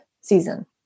season